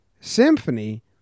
symphony